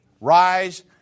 Rise